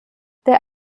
der